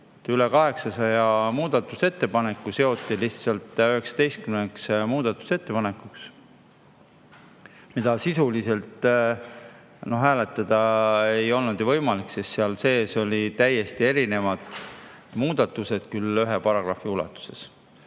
üle 800 muudatusettepaneku seoti lihtsalt 19 muudatusettepanekuks, mida sisuliselt hääletada ei olnud võimalik, sest seal sees olid täiesti erinevad muudatused ka ühe paragrahvi ulatuses.